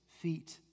feet